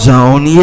Zone